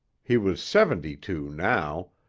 he was seventy-two now,